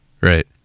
right